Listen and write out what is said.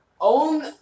own-